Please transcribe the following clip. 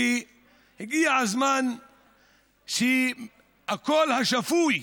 הגיע הזמן שהקול השפוי